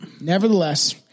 Nevertheless